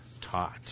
taught